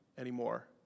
anymore